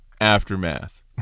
aftermath